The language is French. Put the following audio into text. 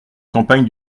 campagne